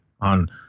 on